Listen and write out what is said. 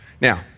Now